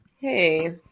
hey